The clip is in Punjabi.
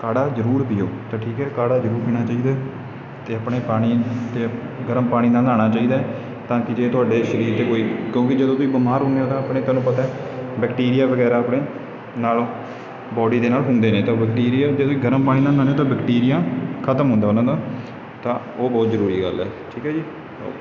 ਕਾੜ੍ਹਾ ਜ਼ਰੂਰ ਪੀਉ ਤਾਂ ਠੀਕ ਹੈ ਕਾੜ੍ਹਾ ਜ਼ਰੂਰ ਪੀਣਾ ਚਾਹੀਦਾ ਅਤੇ ਆਪਣੇ ਪਾਣੀ ਅਤੇ ਗਰਮ ਪਾਣੀ ਨਾਲ ਨਹਾਉਣਾ ਚਾਹੀਦਾ ਤਾਂ ਕਿ ਜੇ ਤੁਹਾਡੇ ਸਰੀਰ 'ਤੇ ਕੋਈ ਕਿਉਂਕਿ ਜਦੋਂ ਤੁਸੀਂ ਬਿਮਾਰ ਹੁੰਦੇ ਹੋ ਤਾਂ ਆਪਣੇ ਤੁਹਾਨੂੰ ਪਤਾ ਬੈਕਟੀਰੀਆ ਵਗੈਰਾ ਆਪਣੇ ਨਾਲੋਂ ਬਾਡੀ ਦੇ ਨਾਲ ਹੁੰਦੇ ਨੇ ਤਾਂ ਬੈਕਟੀਰੀਆ ਜਦੋਂ ਗਰਮ ਨਾਲ ਨਹਾਉਂਦੇ ਹੋ ਤਾਂ ਬੈਕਟੀਰੀਆ ਖਤਮ ਹੁੰਦਾ ਉਹਨਾਂ ਦਾ ਤਾਂ ਉਹ ਬਹੁਤ ਜ਼ਰੂਰੀ ਗੱਲ ਹੈ ਠੀਕ ਹੈ ਜੀ ਓਕੇ